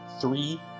three